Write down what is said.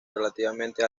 relativamente